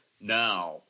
now